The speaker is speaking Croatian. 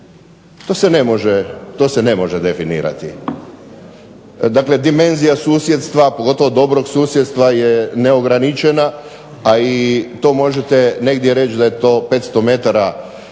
To se ne može definirati. Dakle dimenzija susjedstva, pogotovo dobrog susjedstva je neograničena, a i to možete negdje reći da je to 500 metara